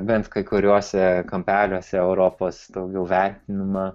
bent kai kuriuose kampeliuose europos daugiau vertinama